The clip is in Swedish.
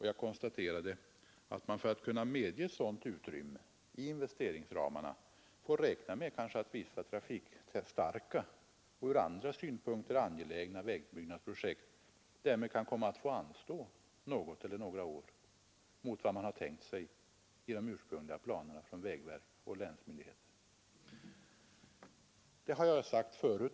Jag konstaterade att man för att kunna medge ett sådant utrymme i investeringsramarna kanske får räkna med att vissa trafikstarka och ur andra synpunkter angelägna vägbyggnadsprojekt därmed kommer att få anstå något eller några år i förhållande till vad som ursprungligen angivits i vägverkets och länsmyndigheternas planer.